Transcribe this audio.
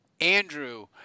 Andrew